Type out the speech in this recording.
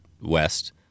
West